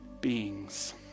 beings